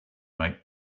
make